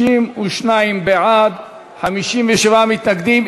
62 בעד, 57 מתנגדים.